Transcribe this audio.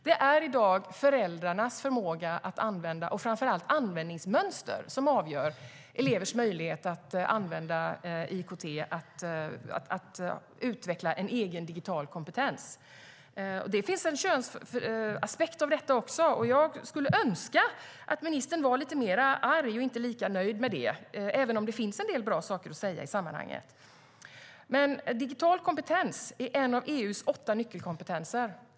Det är föräldrarnas förmåga och framför allt användningsmönster som avgör elevers möjlighet att använda IKT och utveckla en egen digital kompetens. Det finns en könsaspekt på detta också. Jag skulle önska att ministern var lite mer arg och inte lika nöjd med detta, även om det finns en del bra saker att säga i sammanhanget. Digital kompetens är en av EU:s åtta nyckelkompetenser.